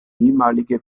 ehemalige